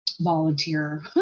volunteer